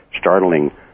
startling